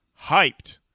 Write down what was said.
hyped